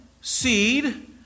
seed